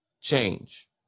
change